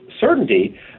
certainty